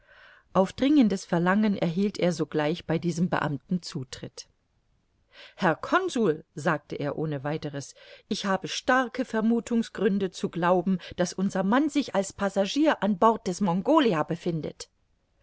auf dringendes verlangen erhielt er sogleich bei diesem beamten zutritt herr consul sagte er ohneweiters ich habe starke vermuthungsgründe zu glauben daß unser mann sich als passagier an bord des mongolia befindet